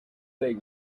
they